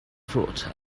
fruit